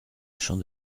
champ